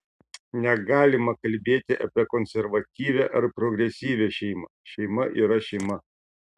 negalima kalbėti apie konservatyvią ar progresyvią šeimą šeima yra šeima